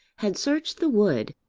had searched the wood,